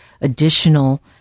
additional